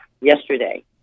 yesterday